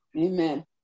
Amen